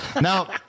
Now